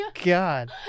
God